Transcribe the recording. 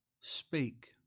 speak